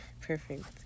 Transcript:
Perfect